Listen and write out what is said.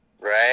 Right